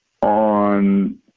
on